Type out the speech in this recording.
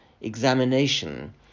examination